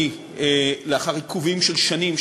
לאחר עיכובים של שנים,